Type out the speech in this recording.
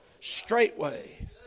Straightway